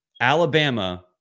Alabama